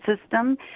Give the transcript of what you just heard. system